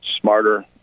smarter